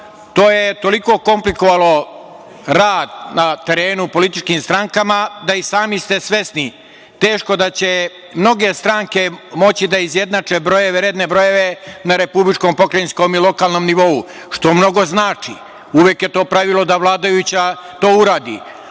to je toliko komplikovalo rad na terenu političkim strankama, da ste i sami svesni i teško da će mnoge stranke moći da izjednače redne brojeve na republičkom, pokrajinskom i lokalnom nivou, što mnogo znači. Uvek je to pravilo da vladajuća to uradi.